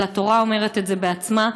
אבל התורה אומרת את זה בעצמה,